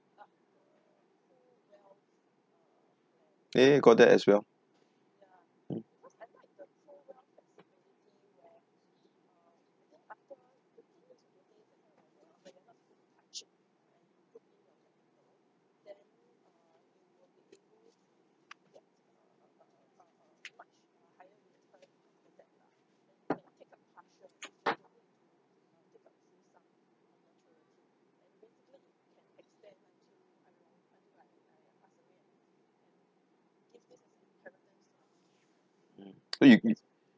eh got that as well you